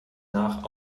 nach